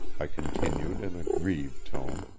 i continued in a grieved tone,